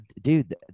Dude